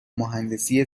مهندسی